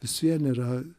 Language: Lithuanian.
vis vien yra